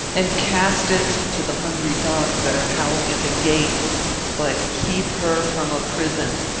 and cast it to the hungry dogs that are howling at the gate but keep her from a prison.